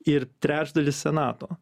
ir trečdalis senato